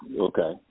okay